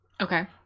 Okay